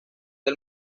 del